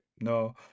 no